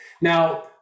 now